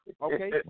Okay